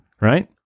Right